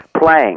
playing